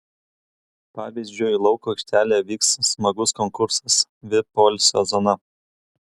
pavyzdžiui lauko aikštelėje vyks smagus konkursas vip poilsio zona